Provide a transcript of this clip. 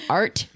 art